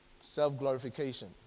Self-glorification